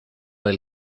del